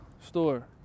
store